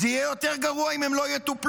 זה יהיה יותר גרוע אם הם לא יטופלו.